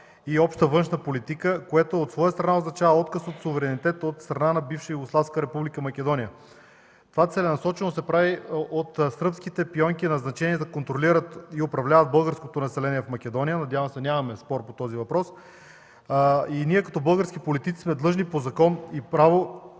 и обща външна политика, което от своя страна означава отказ от суверенитет от страна на Бившата югославска република Македония. Това целенасочено се прави от сръбските пионки, назначени да контролират и управляват българското население в Македония – надявам се да нямаме спор по този въпрос – и ние като български политици сме длъжни по закон и право,